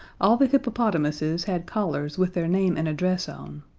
all the hippopotamuses had collars with their name and address on,